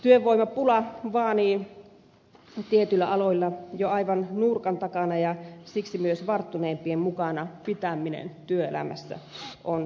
työvoimapula vaanii tietyillä aloilla jo aivan nurkan takana ja siksi myös varttuneempien mukana pitäminen työelämässä on entistä tärkeämpää